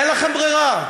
אין לכם ברירה.